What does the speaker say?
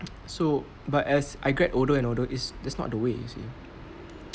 so but as I get older and older it's that's not the way you see